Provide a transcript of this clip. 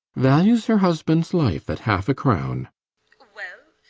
values her husband's life at half-a-crown well,